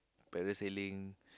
parasailing